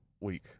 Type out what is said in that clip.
week